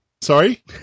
Sorry